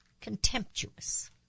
Contemptuous